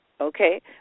okay